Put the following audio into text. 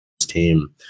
team